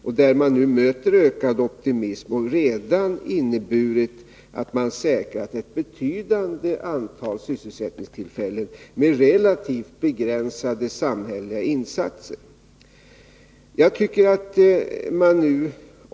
Man möter där en ökad optimism, som redan inneburit att man säkrat ett betydande antal sysselsättningstillfällen med relativt begränsade samhälleliga insatser.